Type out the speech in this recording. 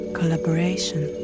Collaboration